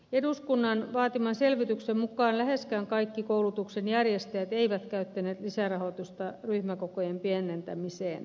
eduskunnan vaatiman selvityksen mukaan läheskään kaikki koulutuksen järjestäjät eivät käyttäneet lisärahoitusta ryhmäkokojen pienentämiseen